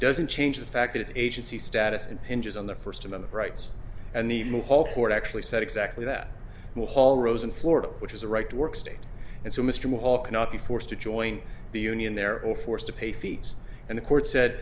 doesn't change the fact that it's agency status and hinges on the first amendment rights and the move whole court actually said exactly that the hall rose in florida which is a right to work state and so mr maule cannot be forced to join the union there or forced to pay fees and the court said